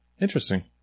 interesting